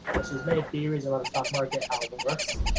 there's many theories around the stock market how it works.